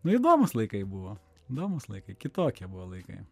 nu įdomūs laikai buvo įdomūs laikai kitokie buvo laikai